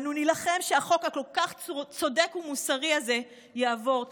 אנו נילחם שהחוק הכל-כך צודק ומוסרי הזה יעבור.